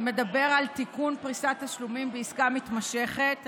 שמדברת על תיקון פריסת תשלומים בעסקה מתמשכת,